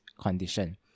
condition